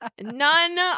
None